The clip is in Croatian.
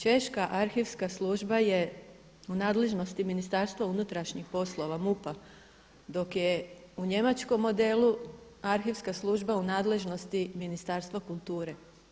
Češka arhivska služba je u nadležnosti Ministarstva unutrašnjih poslova MUP-a dok je u njemačkom modelu arhivska služba u nadležnosti Ministarstva kulture.